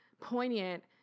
poignant